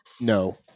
No